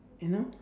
you know